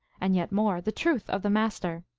and, yet more, the truth of the master.